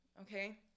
Okay